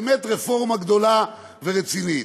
באמת רפורמה גדולה ורצינית.